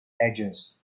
edges